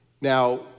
Now